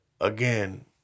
again